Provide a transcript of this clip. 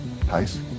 pace